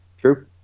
True